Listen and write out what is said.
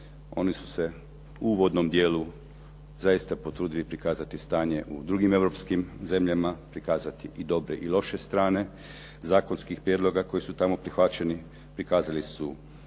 Oni su se u uvodnom dijelu zaista potrudili prikazati stanje u drugim europskim zemljama, prikazati dobre i loše strane zakonskih prijedloga koji su tamo prihvaćeni. Prikazali su